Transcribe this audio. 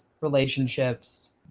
relationships